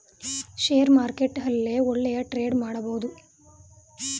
share market ಅಲ್ಲೇ ಒಳ್ಳೆಯ trade ಮಾಡಬಹುದು